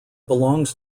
belongs